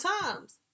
times